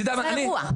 זה אירוע.